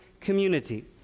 community